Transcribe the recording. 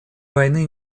войны